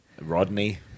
Rodney